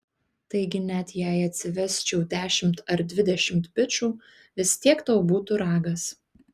taigi net jei atsivesčiau dešimt ar dvidešimt bičų vis tiek tau būtų ragas